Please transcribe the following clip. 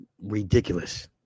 ridiculous